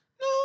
No